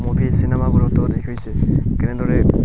movie চিনেমাবোৰতো দেখিছে কেনেদৰে